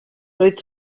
roedd